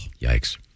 Yikes